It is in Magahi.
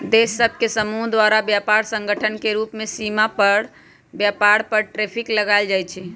देश सभ के समूह द्वारा व्यापार संगठन के रूप में सीमा पार व्यापार पर टैरिफ लगायल जाइ छइ